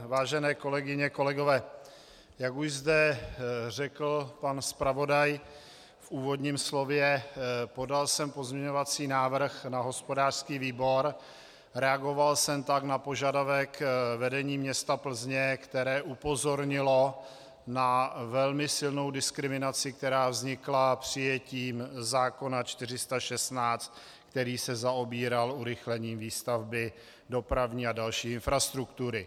Vážené kolegyně, kolegové, jak už zde řekl pan zpravodaj v úvodním slově, podal jsem pozměňovací návrh na hospodářský výbor, reagoval jsem tak na požadavek vedení města Plzně, které upozornilo na velmi silnou diskriminaci, která vznikla přijetím zákona 416, který se zaobíral urychlením výstavby dopravní a další infrastruktury.